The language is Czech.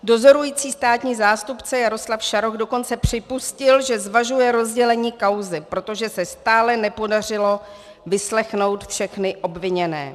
Dozorující státní zástupce Jaroslav Šaroch dokonce připustil, že zvažuje rozdělení kauzy, protože se stále nepodařilo vyslechnout všechny obviněné.